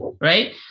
right